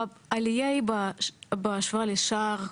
העלייה היא בהשוואה לשאר האזרחים.